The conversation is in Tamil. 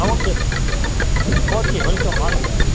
ஆ ஓகே ஓகே வெல்கம் வாங்க சார்